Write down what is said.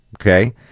okay